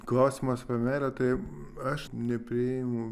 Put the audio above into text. klausimas apie meilę tai aš nepriimu